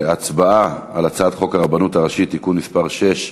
להצבעה על הצעת חוק הרבנות הראשית (תיקון מס' 6)